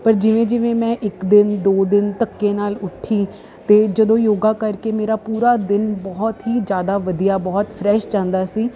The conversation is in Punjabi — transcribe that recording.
ਪਰ ਜਿਵੇਂ ਜਿਵੇਂ ਮੈਂ ਇੱਕ ਦਿਨ ਦੋ ਦਿਨ ਧੱਕੇ ਨਾਲ ਉੱਠੀ ਅਤੇ ਜਦੋਂ ਯੋਗਾ ਕਰਕੇ ਮੇਰਾ ਪੂਰਾ ਦਿਨ ਬਹੁਤ ਹੀ ਜ਼ਿਆਦਾ ਵਧੀਆ ਬਹੁਤ ਫਰੈਸ਼ ਜਾਂਦਾ ਸੀ